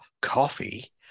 coffee